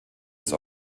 des